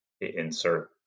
insert